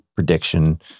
prediction